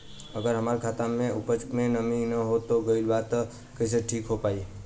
अगर हमार खेत में उपज में नमी न हो गइल बा त कइसे ठीक हो पाई?